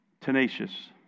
Tenacious